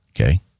okay